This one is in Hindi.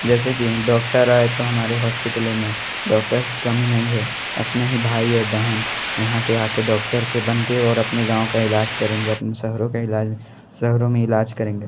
जैसे कि डॉक्टर आए तो हमारे हॉस्पिटलों में डॉक्टर की कमी नहीं है अपने ही भाई और बहन यहाँ के आ के डॉक्टर के बन कर और अपने गाँव का इलाज करेंगे अपने शहरों का इलाज शहरों में इलाज करेंगे